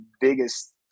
biggest